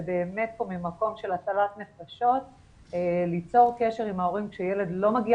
זה באמת פה ממקום של הצלת נפשות ליצור קשר עם ההורים כשילד לא מגיע